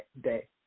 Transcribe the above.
Day